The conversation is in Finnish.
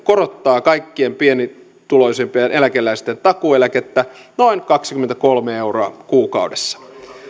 korottaa kaikkein pienituloisimpien eläkeläisten takuueläkettä noin kaksikymmentäkolme euroa kuukaudessa